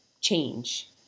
change